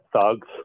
thugs